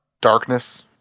darkness